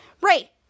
Ray